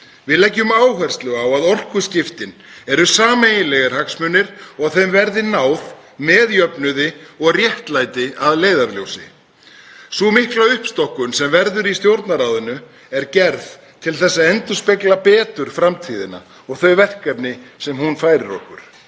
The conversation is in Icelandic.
Við leggjum áherslu á að orkuskiptin eru sameiginlegir hagsmunir og að þeim verði náð með jöfnuði og réttlæti að leiðarljósi. Sú mikla uppstokkun sem verður í Stjórnarráðinu er gerð til að endurspegla betur framtíðina og þau verkefni sem hún færir okkur.